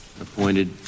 Appointed